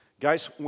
Guys